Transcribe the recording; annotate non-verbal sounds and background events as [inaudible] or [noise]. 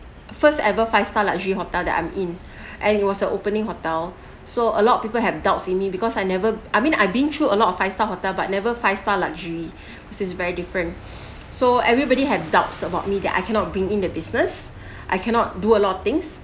first ever five star luxury hotel that I'm in [breath] and it was a opening hotel so a lot of people have doubts in me because I never I mean I've been through a lot of five star hotel but never five star luxury [breath] cause it's very different [breath] so everybody had doubts about me that I cannot being in the business [breath] I cannot do a lot of things